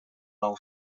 nou